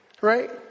Right